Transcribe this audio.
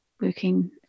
working